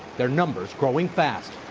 their numbers growing fast.